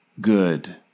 good